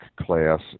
class